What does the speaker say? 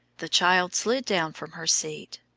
the child slid down from her seat,